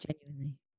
genuinely